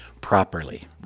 properly